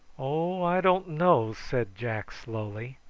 oh, i don't know! said jack slowly.